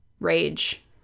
rage